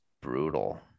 brutal